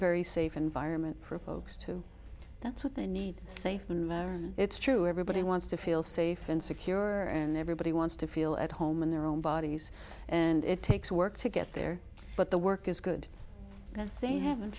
very safe environment for folks to that's what they need to say it's true everybody wants to feel safe and secure and everybody wants to feel at home in their own bodies and it takes work to get there but the work is good that they haven't